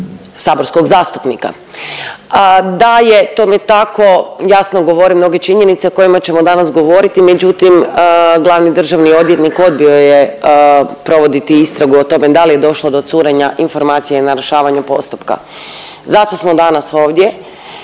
saborskog zastupnika. Da je tome tako jasno govore mnoge činjenice o kojima ćemo danas govoriti, međutim glavni državni odvjetnik odbio je provoditi istragu o tome da li je došlo do curenja informacija i narušavanju postupka. Zato smo danas ovdje,